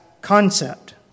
concept